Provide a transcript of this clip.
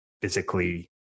physically